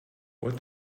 what